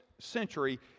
century